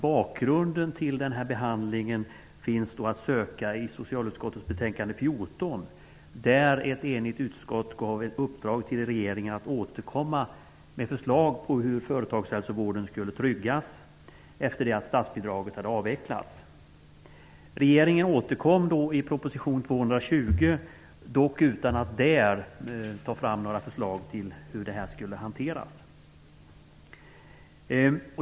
Bakgrunden till behandlingen finns att söka i socialutskottets betänkande 14, där ett enigt utskott ger i uppdrag åt regeringen att återkomma med förslag på hur företagshälsovården skulle tryggas efter det att statsbidraget avvecklats. Regeringen återkom i proposition 220, dock utan att där ta fram några förslag till hur frågan skulle hanteras.